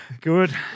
Good